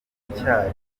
impinja